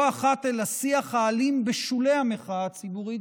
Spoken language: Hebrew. לא אחת אל השיח האלים בשולי המחאה הציבורית,